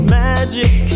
magic